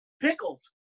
Pickles